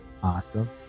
awesome